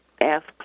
ask